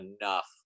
enough